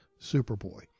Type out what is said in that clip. Superboy